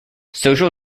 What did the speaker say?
social